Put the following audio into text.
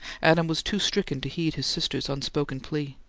adam was too stricken to heed his sister's unspoken plea.